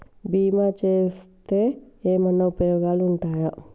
బీమా చేస్తే ఏమన్నా ఉపయోగాలు ఉంటయా?